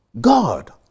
god